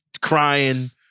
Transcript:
Crying